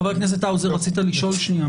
חבר הכנסת האוזר, בבקשה.